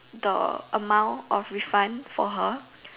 the amount of refund for her